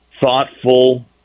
thoughtful